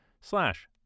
slash